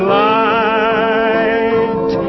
light